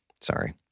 Sorry